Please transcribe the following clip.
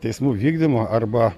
teismų vykdymo arba